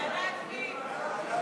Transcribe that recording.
ועדת פנים.